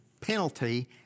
penalty